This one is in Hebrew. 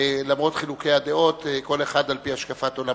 למרות חילוקי הדעות, כל אחד על-פי השקפת עולמו.